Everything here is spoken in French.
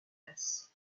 press